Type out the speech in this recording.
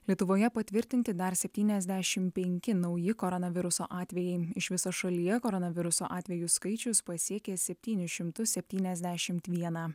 lietuvoje patvirtinti dar septyniasdešim penki nauji koronaviruso atvejai iš viso šalyje koronaviruso atvejų skaičius pasiekė septynis šimtus septyniasdešimt vieną